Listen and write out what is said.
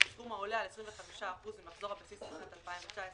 בסכום העולה על 25% ממחזור הבסיס בשנת 2019,